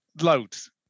Loads